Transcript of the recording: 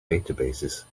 databases